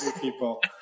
people